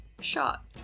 shot